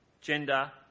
gender